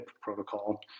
protocol